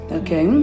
okay